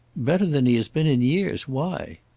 better than he has been in years. why?